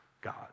God